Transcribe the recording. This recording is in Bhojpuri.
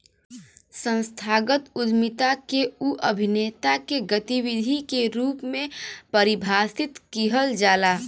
संस्थागत उद्यमिता के उ अभिनेता के गतिविधि के रूप में परिभाषित किहल जाला